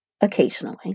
occasionally